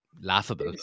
laughable